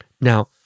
Now